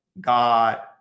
God